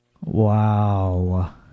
Wow